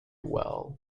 well